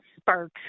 sparks